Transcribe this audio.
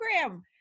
program